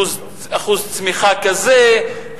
אחוז צמיחה כזה,